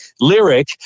lyric